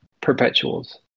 perpetuals